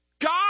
God